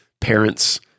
parents